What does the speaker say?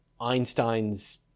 Einstein's